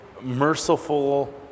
merciful